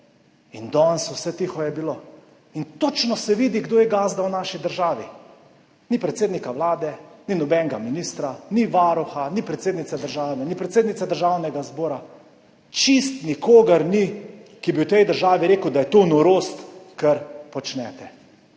In danes vse tiho je bilo. Točno se vidi kdo je gazda v naši držav. Ni predsednika Vlade, ni nobenega ministra, ni varuha, ni predsednice države, ni predsednice Državnega zbora, čisto nikogar ni, ki bi v tej državi rekel, da je to norost, kar počnete.